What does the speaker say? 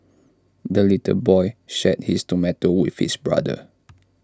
the little boy shared his tomato with his brother